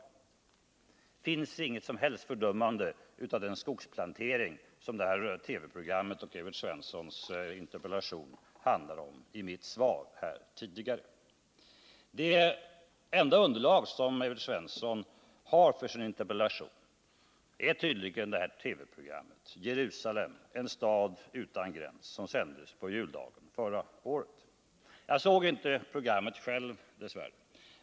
Det finns inget som helst fördömande av den skogsplantering som TV-programmet och Evert Svenssons interpellation handlar om i mitt svar. Det enda underlag Evert Svensson har för sin interpellation är tydligen detta TV-program, Jerusalem — stad utan gräns, som sändes på juldagen förra året. Jag såg dessvärre inte programmet.